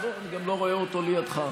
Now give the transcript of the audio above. לא, אני לא רואה אותו לידך.